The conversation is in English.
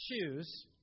choose